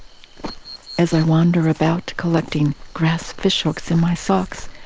as i wander about, collecting grass fishhooks in my socks,